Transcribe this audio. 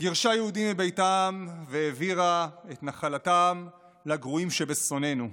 גירשה יהודים מביתם והעבירה את נחלתם לגרועים שבשונאינו.